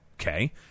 Okay